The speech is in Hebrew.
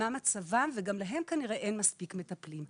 וגם להן אין מספיק מטפלים.